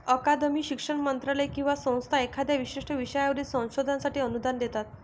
अकादमी, शिक्षण मंत्रालय किंवा संस्था एखाद्या विशिष्ट विषयावरील संशोधनासाठी अनुदान देतात